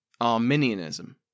Arminianism